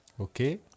Okay